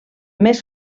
més